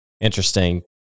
Interesting